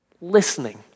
Listening